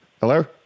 Hello